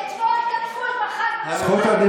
בבקשה, תסתמו לנו את הפה,